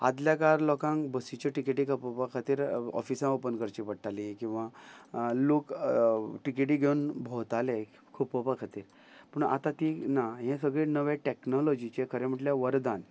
आदल्या काळार लोकांक बसीच्यो टिकेटी खपोवपा खातीर ऑफिसा ओपन करची पडटाली किंवां लोक टिकेटी घेवन भोंवताले खोपाोपा खातीर पूण आतां ती ना हे सगळे नवे टॅक्नोलॉजीचे खरें म्हटल्यार वरदान